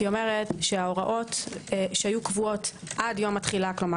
היא אומרת שההוראות שהיו קבועות עד יום התחילה כלומר